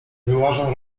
wyłażą